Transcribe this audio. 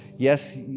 Yes